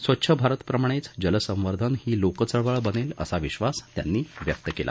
स्वच्छ भारत प्रमाणेच जल संवर्धन ही लोकचळवळ बनेल असा विश्वास त्यांनी व्यक्त केला